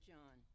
John